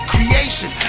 Creation